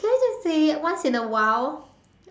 can I just say once in a while